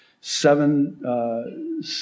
seven